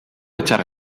echar